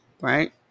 Right